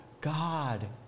god